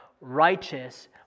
righteous